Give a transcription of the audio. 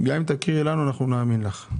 גם אם תקריאי לנו אנחנו נאמין לך.